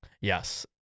Yes